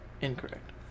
Incorrect